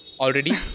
already